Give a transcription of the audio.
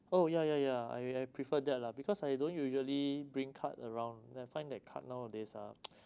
oh ya ya ya I I prefer that lah because I don't usually bring card around I find that card nowadays ah